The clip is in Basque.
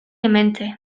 hementxe